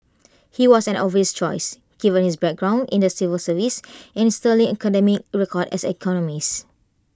he was an obvious choice given his background in the civil service and his sterling academic record as an economist